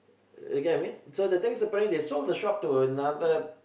you get what I mean so the thing is apparently they sold the shop to another